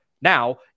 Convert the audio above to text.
Now